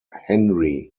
henry